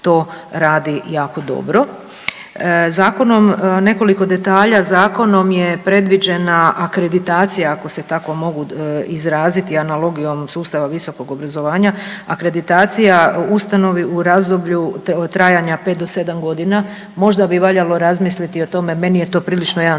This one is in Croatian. to radi jako dobro. Zakonom, nekoliko detalja, Zakonom je predviđena akreditacija ako se tako mogu izraziti analogijom sustava visokog obrazovanja. Akreditacija u ustanovi u razdoblju od trajanja 5 do 7 godina možda bi valjalo razmisliti i o tome. Meni je to prilično jedan